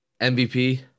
MVP